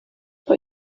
for